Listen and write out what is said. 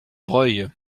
broglie